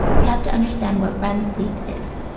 we have to understand what rem sleep is.